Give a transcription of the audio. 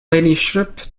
ladyship